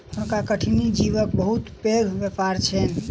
हुनका कठिनी जीवक बहुत पैघ व्यापार छैन